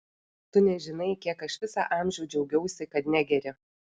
tu nežinai kiek aš visą amžių džiaugiausi kad negeri